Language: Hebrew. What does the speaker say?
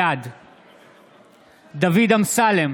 בעד דוד אמסלם,